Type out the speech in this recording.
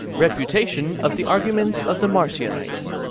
refutation of the arguments of the marcionites,